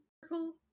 circle